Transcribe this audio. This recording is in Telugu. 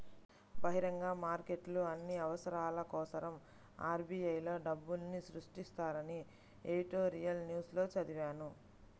బహిరంగ మార్కెట్లో అన్ని అవసరాల కోసరం ఆర్.బి.ఐ లో డబ్బుల్ని సృష్టిస్తారని ఎడిటోరియల్ న్యూస్ లో చదివాను